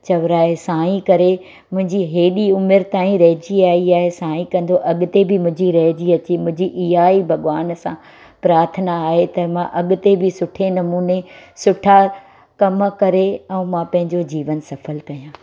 चवराए साईं करे मुंहिंजी हेॾी उमिरि ताईं रहिजी आई आहे साईं कंदो अॻिते बि मुंहिंजी रहिजी अचे मुंहिंजी इहा ई भॻवान सां प्रार्थना आहे त मां अॻिते बि सुठे नमूने सुठा कम करे ऐं मां पंहिंजो जीवन सफल कयां